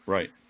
Right